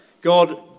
God